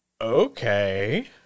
Okay